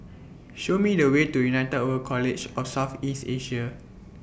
Show Me The Way to United World College of South East Asia